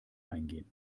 eingehen